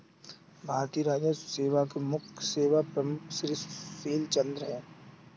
भारतीय राजस्व सेवा के मुख्य सेवा प्रमुख श्री सुशील चंद्र हैं